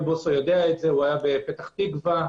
בוסו יודע את זה הוא היה בפתח תקווה,